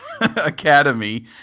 academy